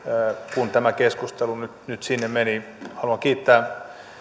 kun tämä keskustelu nyt nyt sinne meni haluan kiittää